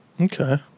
Okay